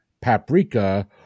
paprika